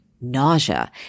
nausea